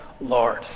Lord